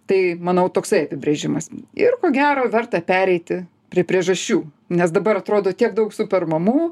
tai manau toksai apibrėžimas ir ko gero verta pereiti prie priežasčių nes dabar atrodo tiek daug super mamų